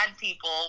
people